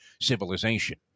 civilization